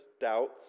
doubts